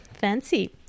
Fancy